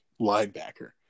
linebacker